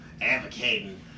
advocating